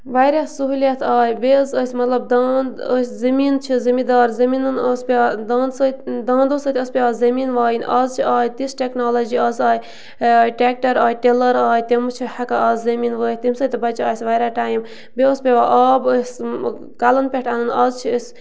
واریاہ سہوٗلیت آے بیٚیہِ حظ أسۍ مطلب دانٛد ٲسۍ زٔمیٖن چھِ زٔمیٖندار زٔمیٖنَن ٲس پٮ۪وان دانٛدٕ سۭتۍ دانٛدو سۭتۍ ٲس پٮ۪وان زٔمیٖن وایِنۍ آز چھِ آے تِژھ ٹٮ۪کنالجی آز آے ٹٮ۪کٹَر آے ٹِلَر آے تِم چھِ ہٮ۪کان آز زٔمیٖن وٲیِتھ تَمہِ سۭتۍ تہِ بَچیو اَسہِ واریاہ ٹایِم بیٚیہِ اوس پٮ۪وان آب ٲسۍ کَلَن پٮ۪ٹھ اَنان آز چھِ أسۍ